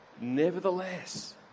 Nevertheless